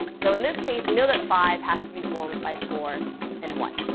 so in this case, we know that five has to be formed by four and one.